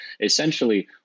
essentially